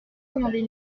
commandait